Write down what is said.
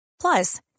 Plus